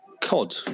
COD